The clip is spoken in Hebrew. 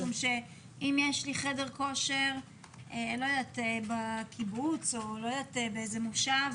משום שאם יש לי חדר כושר בקיבוץ או באיזה מושב,